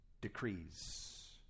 decrees